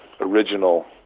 original